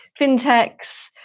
fintechs